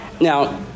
Now